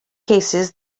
cases